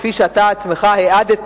שכפי שאתה עצמך העדת